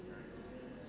ends with